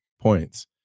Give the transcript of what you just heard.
points